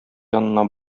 янына